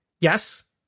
yes